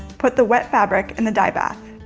put the wet fabric in the dye bath.